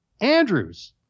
Andrews